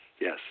Yes